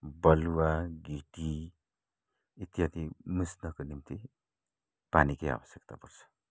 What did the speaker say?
बालुवा गिटी इत्यादि मुछ्नका निम्ति पानीकै आवश्यकता पर्छ